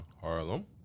Harlem